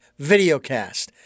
videocast